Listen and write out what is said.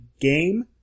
game